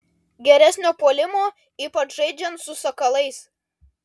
geresnio puolimo ypač žaidžiant su sakalais